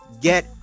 get